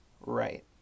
right